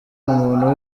umuntu